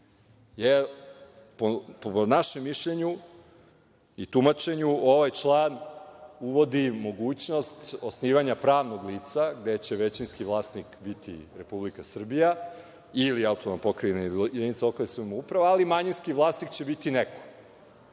Po našem mišljenju i tumačenju ovaj član uvodi mogućnost osnivanja pravnog lica gde će većinski vlasnik biti Republika Srbija ili AP ili jedinica lokalne samouprave, ali manjinski vlasnik će biti neko.